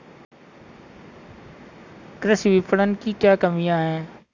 कृषि विपणन की क्या कमियाँ हैं?